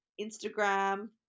Instagram